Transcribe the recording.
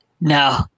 No